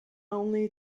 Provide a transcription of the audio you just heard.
only